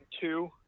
two